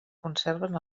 conserven